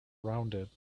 rounded